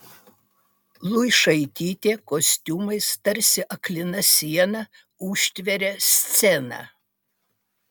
luišaitytė kostiumais tarsi aklina siena užtveria sceną